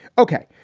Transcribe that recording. ok,